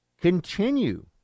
continue